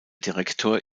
direktor